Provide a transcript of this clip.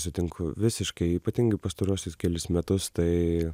sutinku visiškai ypatingai pastaruosius kelis metus tai